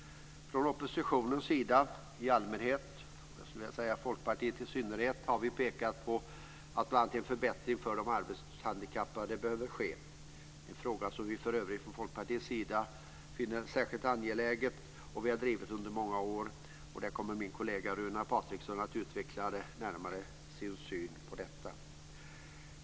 Från oppositionen i allmänhet och från Folkpartiet i synnerhet har vi pekat på att det behöver ske en förbättring för de arbetshandikappade - en fråga som vi i Folkpartiet för övrigt finner särskilt angelägen och som vi har drivit under många år. Min kollega Runar Patriksson kommer senare att närmare utveckla sin syn på detta.